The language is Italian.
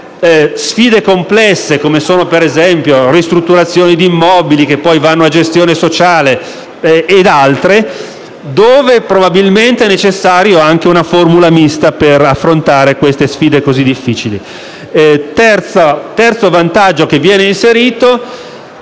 sfide complesse, come sono per esempio le ristrutturazioni di immobili, che poi vanno a gestione sociale, ed altre, dove probabilmente è necessaria anche una formula mista per affrontare, appunto, queste sfide così difficili. Il terzo vantaggio che viene inserito